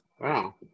Wow